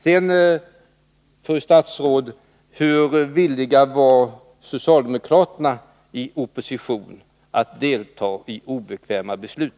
Sedan, fru statsråd, vill jag fråga: Hur villiga var socialdemokraterna i oppositionsställning att delta i obekväma beslut?